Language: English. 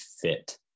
fit